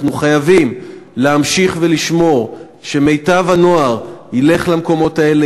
אנחנו חייבים להמשיך ולשמור שמיטב הנוער ילך למקומות האלה,